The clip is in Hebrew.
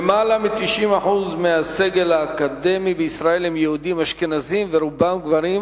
למעלה מ-90% מהסגל האקדמי בישראל הם יהודים אשכנזים ורובם גברים,